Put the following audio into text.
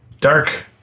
dark